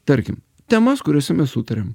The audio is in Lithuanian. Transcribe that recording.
tarkim temas kuriose mes sutariam